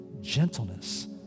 gentleness